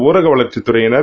ஊரக வளர்ச்சித் துறையினர்